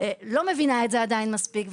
עדיין לא מבינה את זה מספיק,